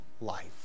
life